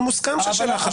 אבל מוסכם שהשאלה חשובה.